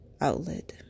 outlet